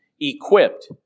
equipped